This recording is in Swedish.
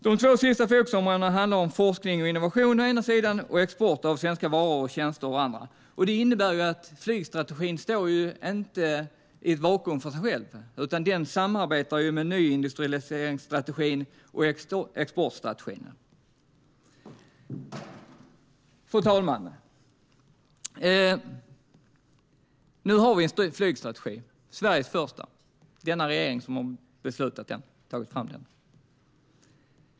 De två sista fokusområdena handlar om forskning och innovation å ena sidan och export av svenska varor och tjänster å andra sidan. Det innebär att flygstrategin inte är i ett vakuum för sig själv, utan samverkar med nyindustrialiseringsstrategin och exportstrategin. Fru talman! Nu har vi en flygstrategi, Sveriges första. Det är denna regering som har beslutat om den och tagit fram den.